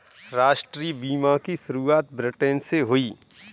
राष्ट्रीय बीमा की शुरुआत ब्रिटैन से हुई